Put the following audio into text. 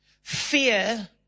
Fear